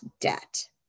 debt